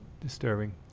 disturbing